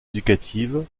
éducatives